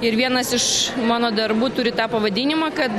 ir vienas iš mano darbų turi tą pavadinimą kad